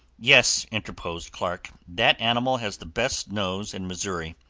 yes, interposed clark, that animal has the best nose in missouri.